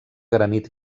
granit